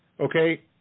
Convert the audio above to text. Okay